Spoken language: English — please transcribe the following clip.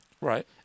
Right